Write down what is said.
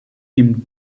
him